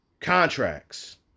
contracts